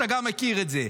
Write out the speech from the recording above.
אתה גם מכיר את זה,